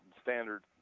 standard